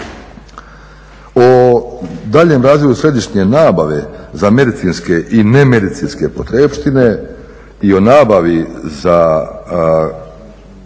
O daljem razvoju središnje nabave za medicinske i nemedicinske potrepštine i o nabavi